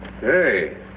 Hey